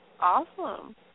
Awesome